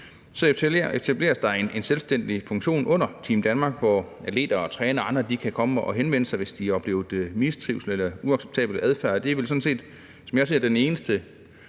Så etableres der en selvstændig funktion under Team Danmark, hvor atleter og trænere og andre kan henvende sig, hvis de har oplevet mistrivsel eller uacceptabel adfærd, og det er vel sådan set, som jeg ser det, den eneste